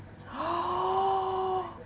oh